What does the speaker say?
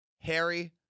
Harry